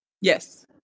Yes